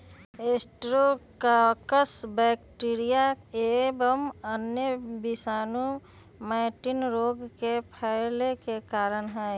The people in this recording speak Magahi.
स्ट्रेप्टोकाकस बैक्टीरिया एवं अन्य विषाणु मैटिन रोग के फैले के कारण हई